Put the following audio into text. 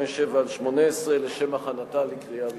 פ/2057/18, לשם הכנתה לקריאה ראשונה.